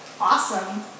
awesome